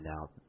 out